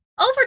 over